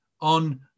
on